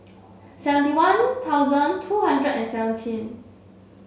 seventy one thousand two hundred and seventeen